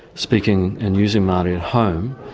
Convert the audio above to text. speaking and using maori at home.